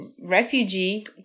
Refugee